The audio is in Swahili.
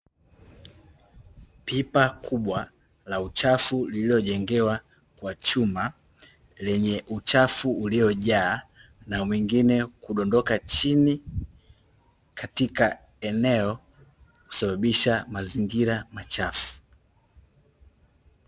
Pipa kubwa la uchafu lililojengewa kwa chuma lenye uchafu uliyojaa na mwengine kudondoka chini katika eneo kusababisha mazingira machafu.